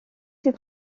ces